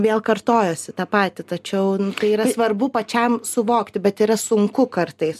vėl kartojuosi tą patį tačiau tai yra svarbu pačiam suvokti bet yra sunku kartais